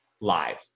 live